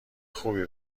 خوبی